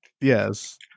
Yes